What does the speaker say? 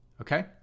Okay